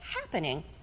happening